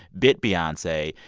bit beyonce.